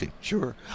sure